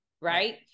right